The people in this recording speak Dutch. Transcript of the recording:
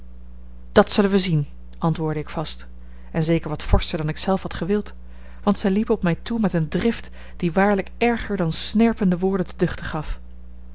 dat zullen we zien antwoordde ik vast en zeker wat forscher dan ik zelf had gewild want zij liep op mij toe met een drift die waarlijk erger dan snerpende woorden te duchten gaf